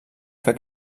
fer